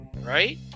right